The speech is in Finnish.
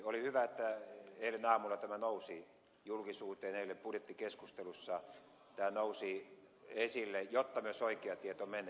oli hyvä että eilen aamulla tämä nousi julkisuuteen eilen budjettikeskustelussa tämä nousi esille jotta myös oikeaa tietoa menee